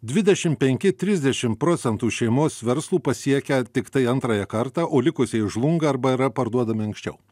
dvidešimt penki trisdešimt procentų šeimos verslų pasiekia tiktai antrąją kartą o likusieji žlunga arba yra parduodami anksčiau